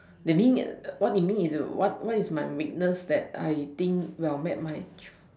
the mean is what you mean is you what what is my weakness that I think will match my